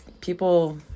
people